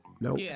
no